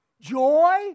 Joy